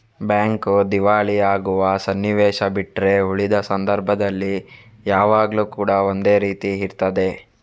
bank ದಿವಾಳಿ ಆಗುವ ಸನ್ನಿವೇಶ ಬಿಟ್ರೆ ಉಳಿದ ಸಂದರ್ಭದಲ್ಲಿ ಯಾವಾಗ್ಲೂ ಕೂಡಾ ಒಂದೇ ರೀತಿ ಇರ್ತದೆ